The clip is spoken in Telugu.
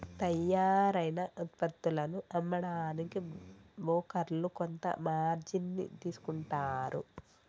తయ్యారైన వుత్పత్తులను అమ్మడానికి బోకర్లు కొంత మార్జిన్ ని తీసుకుంటారు